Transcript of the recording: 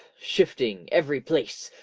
shifting every place,